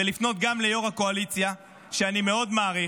ולפנות גם ליו"ר הקואליציה, שאני מאוד מעריך.